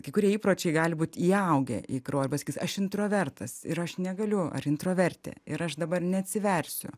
kai kurie įpročiai gali būt įaugę į kraują arba sakys aš introvertas ir aš negaliu ar introvertė ir aš dabar neatsiversiu